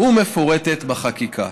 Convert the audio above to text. ומפורטת בחקיקה.